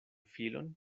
filon